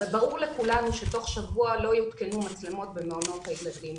אבל ברור לכולנו שתוך שבוע לא יותקנו מצלמות במעונות הילדים.